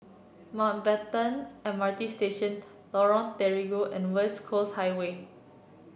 Mountbatten M R T Station Lorong Terigu and West Coast Highway